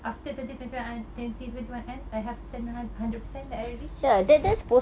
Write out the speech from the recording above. after twenty twenty one eh twenty twenty one ends I have then one hundred percent that I will reach